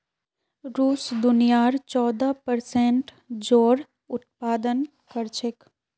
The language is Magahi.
रूस दुनियार चौदह प्परसेंट जौर उत्पादन कर छेक